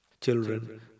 Children